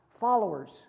followers